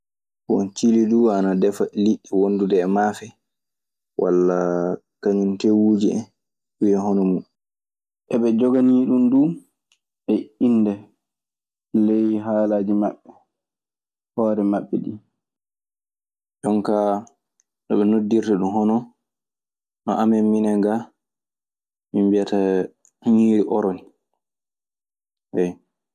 Bon cili duu ana defa liɗɗi wondude e maafe, walla kañun teewuuji en. Ɗun e hono muuɗun. Eɓe joganii ɗun duu innde ley haalaaji maɓɓe hoore maɓɓe ɗii. Jonkaa no ɓe noddirtaɗun hono no amen minenga, mi mbiyataa ñiiri oro, ayo.